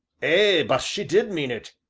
ay, but she did mean it,